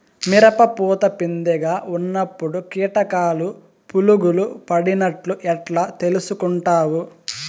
మిరప పూత పిందె గా ఉన్నప్పుడు కీటకాలు పులుగులు పడినట్లు ఎట్లా తెలుసుకుంటావు?